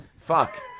Fuck